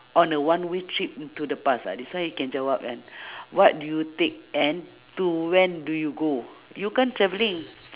on a one way trip into the past ah this one you can jawab kan what do you take and to when do you go you kan travelling